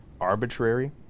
arbitrary